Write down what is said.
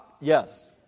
Yes